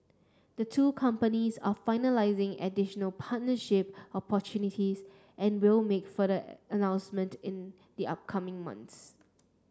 the two companies are finalising additional partnership opportunities and will make further announcements in the upcoming months